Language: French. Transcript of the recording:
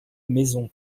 maison